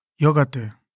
Yogate